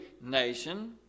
nation